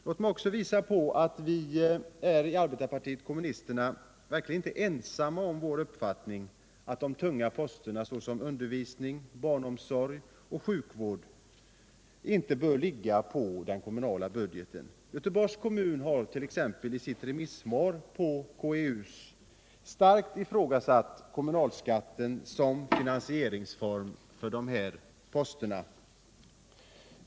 Låt mig också visa på att vi i arbetarpartiet kommunisterna verkligen inte är ensamma om vår uppfattning att de tunga posterna som undervisning, barnomsorg och sjukvård inte bör ligga på den kommunala budgeten. Göteborgs kommun t.ex. har i sitt remissvar till utredningen starkt ifrågasatt kommunalskatten som finansieringsform för dessa poster.